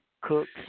Cooks